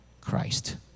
Christ